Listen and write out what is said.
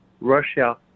Russia